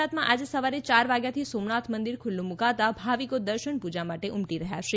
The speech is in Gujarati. ગુજરાતમાં આજે સવારે યાર વાગ્યાથી સોમનાથ મંદિર ખુલ્લું મુકાતા ભાવિકો દર્શન પૂજા માટે ઉમટી રહ્યા છે